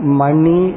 money